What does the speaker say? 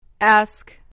Ask